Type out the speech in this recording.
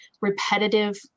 repetitive